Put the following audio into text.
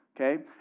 okay